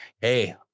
hey